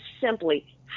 simply